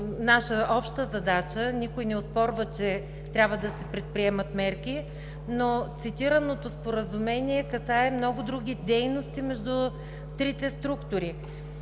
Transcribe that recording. наша обща задача, никой не оспорва, че трябва да се предприемат мерки, но цитираното Споразумение касае много други дейности между трите структури.